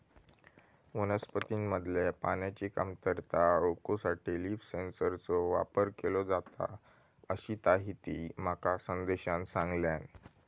वनस्पतींमधल्या पाण्याची कमतरता ओळखूसाठी लीफ सेन्सरचो वापर केलो जाता, अशीताहिती माका संदेशान सांगल्यान